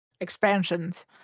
expansions